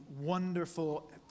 wonderful